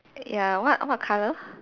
ya what what colour